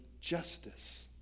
justice